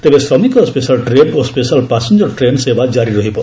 ତେବେ ଶ୍ରମିକ special train ଓ ସ୍ୱେଶାଲ ପାସେଞ୍ଜର ଟ୍ରେନ୍ ସେବା କାରି ରହିବ